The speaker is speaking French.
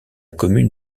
commune